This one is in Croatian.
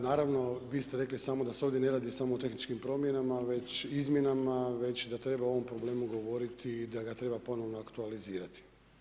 Naravno vi ste rekli samo da se ovdje ne radi samo o tehničkim promjenama, već izmjenama, već da treba o ovom problemu govoriti, da ga treba ponovno aktualizirati.